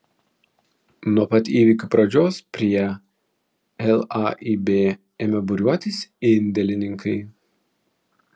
nuo pat įvykių pradžios prie laib ėmė būriuotis indėlininkai